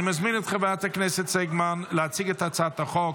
אני מזמין את חברת הכנסת סגמן להציג את הצעת החוק,